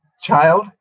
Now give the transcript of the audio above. child